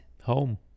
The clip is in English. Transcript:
Home